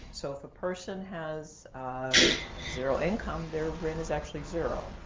so if a person has zero income, their rent is actually zero.